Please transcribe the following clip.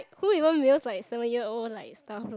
who even mails like seven year old like stuff lah